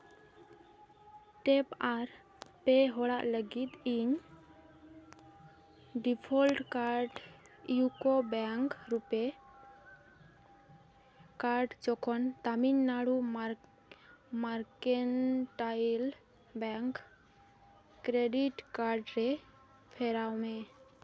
tap ᱟᱨ ᱯᱮ ᱦᱚᱲᱟ ᱞᱟᱹᱜᱤᱫ ᱤᱧ default card UCO bank RuPay card ᱡᱚᱠᱷᱚᱱ Tamil Nadu mark mercantile bank credit card ᱨᱮ ᱯᱷᱮᱨᱟᱣ ᱢᱮ